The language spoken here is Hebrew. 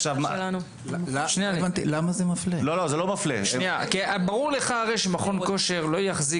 כי הרי ברור לך שמכון כושר לא יחזיק